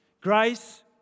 Grace